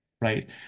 Right